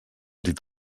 dit